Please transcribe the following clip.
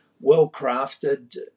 well-crafted